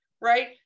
right